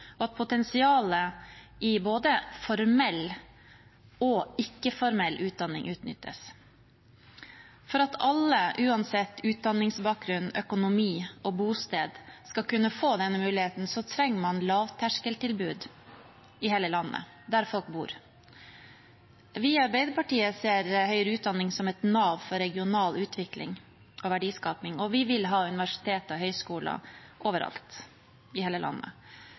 at potensialet i både formell og ikke-formell utdanning utnyttes. For at alle, uansett utdanningsbakgrunn, økonomi og bosted, skal kunne få denne muligheten, trenger man lavterskeltilbud i hele landet, der folk bor. Vi i Arbeiderpartiet ser høyere utdanning som et nav for regional utvikling og verdiskaping, og vi vil ha universiteter og høyskoler overalt, i hele landet.